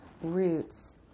roots